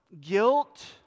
guilt